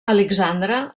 alexandre